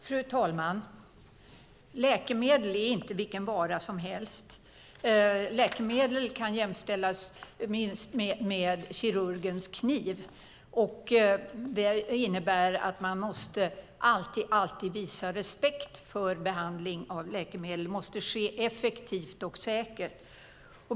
Fru talman! Läkemedel är inte vilken vara som helst. Läkemedel kan jämställas med kirurgens kniv. Det innebär att man alltid måste visa respekt för behandling med läkemedel. Det måste ske effektivt och säkert.